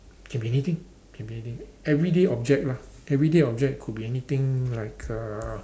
can be anything can be anything everyday object lah everyday object could be anything like uh